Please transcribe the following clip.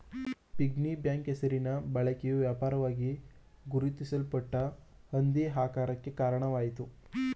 piggy bank ಹೆಸರಿನ ಬಳಕೆಯು ವ್ಯಾಪಕವಾಗಿ ಗುರುತಿಸಲ್ಪಟ್ಟ ಹಂದಿ ಆಕಾರಕ್ಕೆ ಕಾರಣವಾಯಿತು